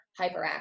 hyperactive